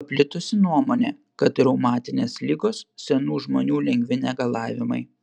paplitusi nuomonė kad reumatinės ligos senų žmonių lengvi negalavimai